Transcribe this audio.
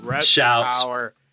Shouts